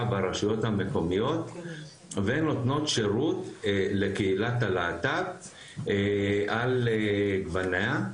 ברשויות המקומיות ונותנים שירות לקהילת הלהט"ב על גווניה.